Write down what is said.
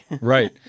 Right